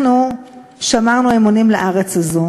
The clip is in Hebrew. במדינות ארצות-הברית אותו